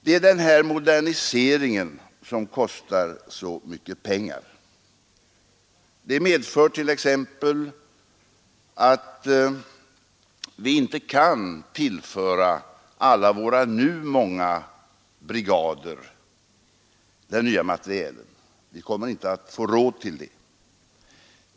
Det är denna modernisering som kostar så mycket pengar. Det medför t.ex. att vi inte kommer att få råd att tillföra alla våra många brigader den nya materielen.